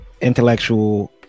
intellectual